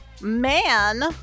man